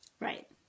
Right